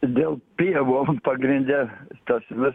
dėl pievų pagrinde tas vis